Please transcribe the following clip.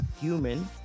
human